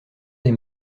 des